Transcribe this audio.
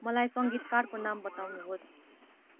मलाई सङ्गीतकारको नाम बताउनुहोस्